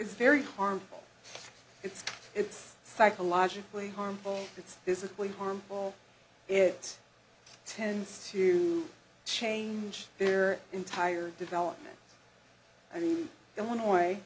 very harmful it's it's psychologically harmful it's this is really harmful it tends to change their entire development i mean illinois